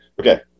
okay